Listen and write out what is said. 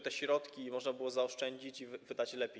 Te środki można było zaoszczędzić i wydać lepiej.